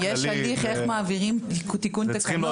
כן, יש הליך איך מעבירים תיקון תקנון.